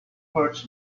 courts